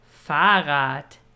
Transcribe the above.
Fahrrad